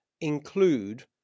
include